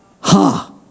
ha